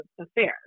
affairs